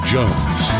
Jones